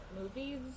movies